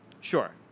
Sure